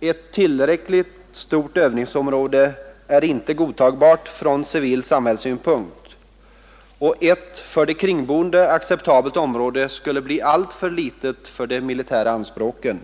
Ett tillräckligt stort övningsområde är inte godtagbart från civil samhällssynpunkt, och ett för de kringboende acceptabelt område skulle bli alltför litet för de militära anspråken.